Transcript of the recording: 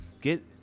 Get